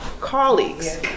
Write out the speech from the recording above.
colleagues